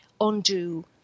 undo